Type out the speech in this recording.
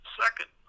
second